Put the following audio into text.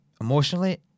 emotionally